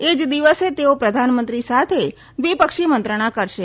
એ જ દિવસે તેઓ પ્રધાનમંત્રી સાથે દ્વિપક્ષી મંત્રણા કરશે